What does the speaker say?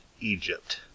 Egypt